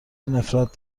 نفرت